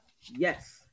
Yes